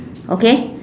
okay